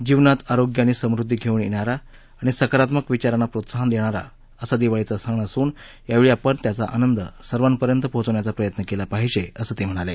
जीवनात आरोग्य आणि समृद्धी घेऊन येणारा आणि सकारात्मक विचारांना प्रोत्साहन देणारा असा दिवाळीचा सण असून यावेळी आपण त्याचा आनंद सर्वापर्यंत पोहोचवण्याचा प्रयत्न केला पाहिजे असं त्यांनी सांगितलं